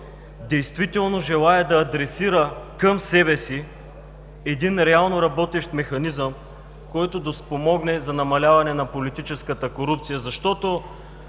действително желае да адресира към себе си един реално работещ механизъм, който да спомогне за намаляване на политическата корупция. Защото